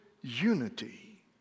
unity